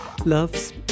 loves